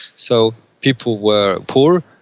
so people were poor,